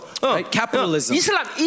Capitalism